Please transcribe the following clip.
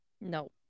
No